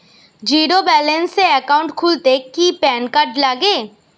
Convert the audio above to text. Zero balance account খুলতে কি PAN card লাগে?